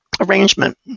Arrangement